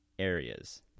areas